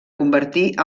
convertir